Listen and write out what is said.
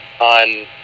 on